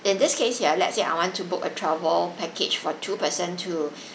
in this case ya let's say I want to book a travel package for two person to